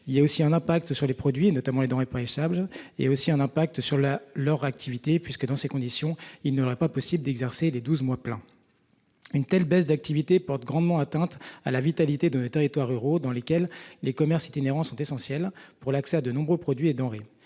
Il y a aussi un impact sur les produits et notamment les denrées périssables et aussi un impact sur la leur activité puisque dans ces conditions il ne aurait pas possible d'exercer des 12 mois pleins. Une telle baisse d'activité pour grandement atteinte à la vitalité de les territoires ruraux dans lesquels les commerces itinérants sont essentielles pour l'accès à de nombreux produits et denrées